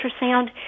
ultrasound